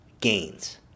gains